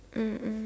mm mm